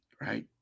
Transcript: right